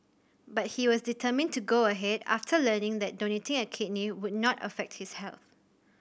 but he was determined to go ahead after learning that donating a kidney would not affect his health